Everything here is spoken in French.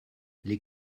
les